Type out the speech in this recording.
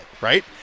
right